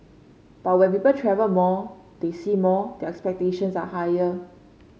but when people travel more they see more their expectations are higher